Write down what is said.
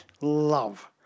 love